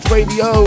Radio